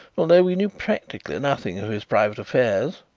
although we knew practically nothing of his private affairs,